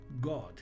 God